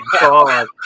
God